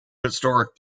historic